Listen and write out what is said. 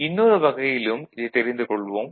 இன்னொரு வகையிலும் இதைத் தெரிந்து கொள்வோம்